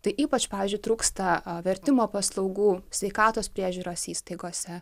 tai ypač pavyzdžiui trūksta vertimo paslaugų sveikatos priežiūros įstaigose